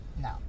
No